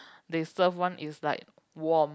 they served one is like warm